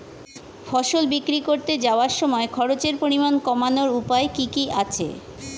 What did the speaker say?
ফসল বিক্রি করতে যাওয়ার সময় খরচের পরিমাণ কমানোর উপায় কি কি আছে?